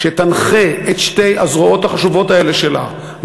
שתנחה את שתי הזרועות החשובות האלה שלה,